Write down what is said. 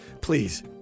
please